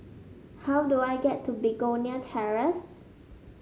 how do I get to Begonia Terrace